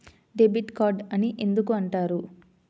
Debit card అని ఎందుకు అంటారు?